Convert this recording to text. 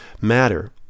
matter